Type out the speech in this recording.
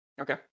Okay